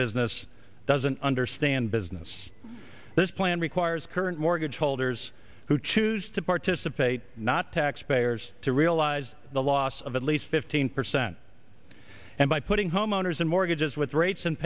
business doesn't understand business this plan requires current mortgage holders who choose to participate not taxpayers to realize the loss of at least fifteen percent and by putting homeowners in mortgages with rates and